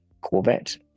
Corvette